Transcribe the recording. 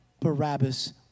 Barabbas